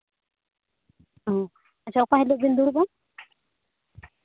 ᱚ ᱟᱪᱪᱷᱟ ᱚᱠᱟ ᱦᱤᱞᱳᱜ ᱵᱮᱱ ᱫᱩᱲᱩᱵᱼᱟ